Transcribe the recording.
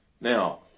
Now